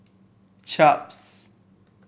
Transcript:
chaps